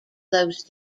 those